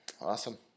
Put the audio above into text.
Awesome